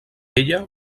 ella